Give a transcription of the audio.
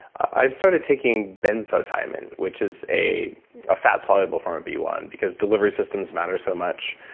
i started taking benfotiamine which is a ah fat-soluble form of b one because delivery systems matter so much.